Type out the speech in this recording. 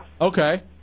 Okay